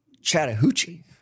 Chattahoochee